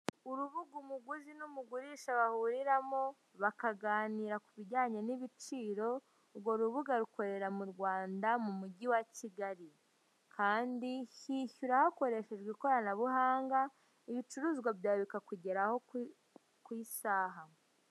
Urubuga umuguzi n'umugurisha bahuriramo bakaganira kubijyanye n'ibiciro, urwo rubuga rukorera mu Rwanda mu mujyi wa Kigali kandi hishyura hakoresheje ikoranabuhanga ibicuruzwa byawe bikakugeraho ku isaha.